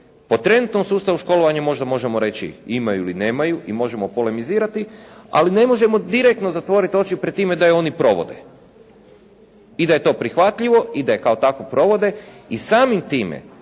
Po trenutnom sustavu školovanja možda možemo reći imaju ili nemaju i možemo polemizirati ali ne možemo direktno zatvoriti oči pred time da je oni provode i da je to prihvatljivo i da je kao takvu provode i samim time